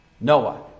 Noah